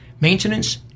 maintenance